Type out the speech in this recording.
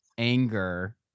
Anger